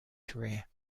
career